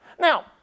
Now